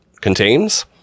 contains